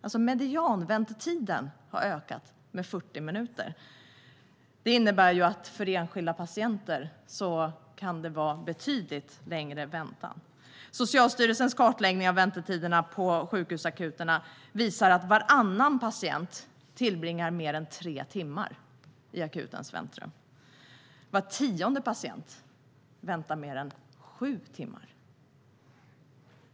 Det innebär att det kan vara betydligt längre väntan för enskilda patienter. Socialstyrelsens kartläggning av väntetiderna på sjukhusakuterna visar att varannan patient tillbringar mer än tre timmar i akutens väntrum. Var tionde patient väntar i mer än sju timmar.